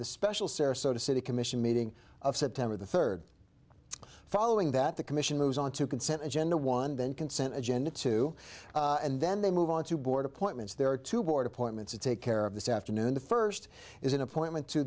the special sarasota city commission meeting of september the third following that the commission moves on to consent agenda one then consent agenda two and then they move on to board appointments there are two board appointments to take care of this afternoon the first is an appointment to